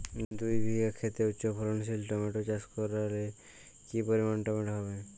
দুই বিঘা খেতে উচ্চফলনশীল টমেটো চাষ করলে কি পরিমাণ টমেটো হবে?